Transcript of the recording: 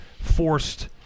forced